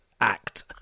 act